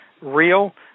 real